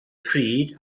pryd